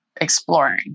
exploring